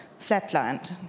flatlined